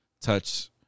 Touch